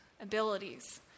abilities